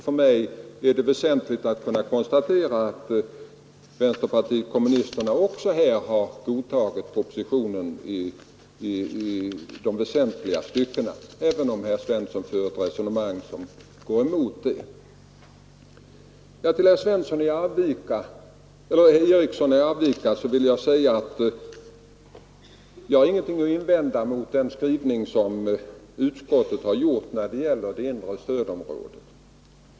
För mig är det väsentligt att kunna konstatera att vänsterpartiet kommunisterna också godtagit propositionen i de väsentliga styckena, även om herr Svensson för ett resonemang som går emot den. Till herr Eriksson i Arvika vill jag säga att jag inte har någonting att invända mot den skrivning utskottet gjort när det gäller det inre stödområdet.